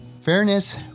fairness